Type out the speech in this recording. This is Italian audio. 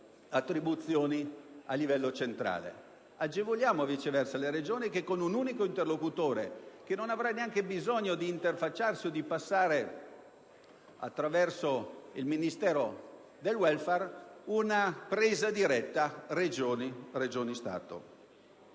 attribuzioni a livello centrale. Agevoliamo, viceversa, le Regioni, con un unico interlocutore che non avrà neanche bisogno di interfacciarsi e di passare attraverso il Ministero del *welfare*, realizzando una presa diretta Regione-Stato.